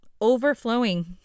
overflowing